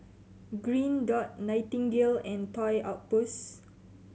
Green Dot Nightingale and Toy Outpost